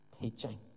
teaching